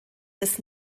des